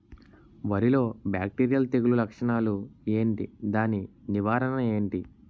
వరి లో బ్యాక్టీరియల్ తెగులు లక్షణాలు ఏంటి? దాని నివారణ ఏంటి?